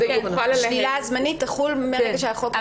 שלילה זמנית תחול מרגע שהחוק ייכנס לתוקף.